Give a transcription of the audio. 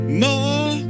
more